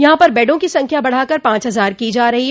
यहां पर बेडो की संख्या बढ़ाकर पांच हजार की जा रही है